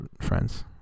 friends